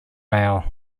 mail